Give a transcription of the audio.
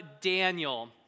Daniel